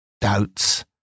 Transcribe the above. doubts